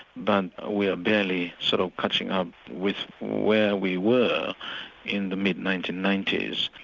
but we are barely sort of catching up with where we were in the mid nineteen ninety s.